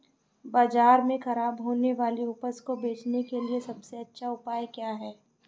बाज़ार में खराब होने वाली उपज को बेचने के लिए सबसे अच्छा उपाय क्या हैं?